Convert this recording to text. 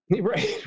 Right